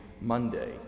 Monday